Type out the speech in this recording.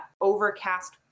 overcast